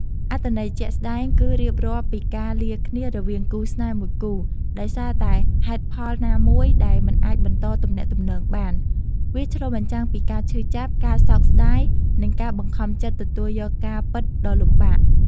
អត្ថន័យជាក់ស្តែង គឺរៀបរាប់ពីការលាគ្នារវាងគូស្នេហ៍មួយគូ ដោយសារតែហេតុផលណាមួយដែលមិនអាចបន្តទំនាក់ទំនងបាន។ វាឆ្លុះបញ្ចាំងពីការឈឺចាប់ ការសោកស្តាយ និងការបង្ខំចិត្តទទួលយកការពិតដ៏លំបាក